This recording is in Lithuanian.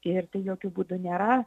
ir tai jokiu būdu nėra